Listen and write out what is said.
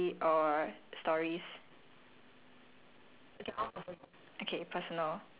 you want thought provoking creative personal silly or stories